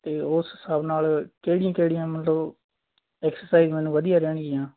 ਅਤੇ ਉਸ ਹਿਸਾਬ ਨਾਲ ਕਿਹੜੀਆਂ ਕਿਹੜੀਆਂ ਮਤਲਬ ਐਕਸਰਸਾਈਜ਼ ਮੈਨੂੰ ਵਧੀਆ ਰਹਿਣਗੀਆਂ